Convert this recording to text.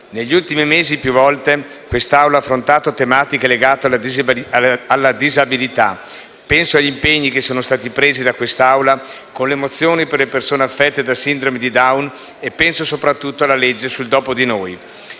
Negli ultimi mesi, più volte, quest'Assemblea ha affrontato tematiche legate alla disabilità. Penso agli impegni che sono stati presi con le mozioni per le persone affette da sindrome di Down, e penso soprattutto alla legge cosiddetta del dopo di noi.